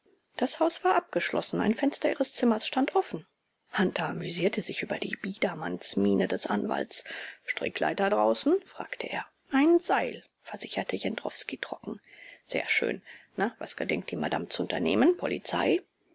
das haus war abgeschlossen ein fenster ihres zimmers stand offen hunter amüsierte sich über die biedermannsmiene des anwalts strickleiter draußen fragte er ein seil versicherte jendrowski trocken sehr schön na was gedenkt die madame zu unternehmen polizei